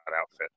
outfit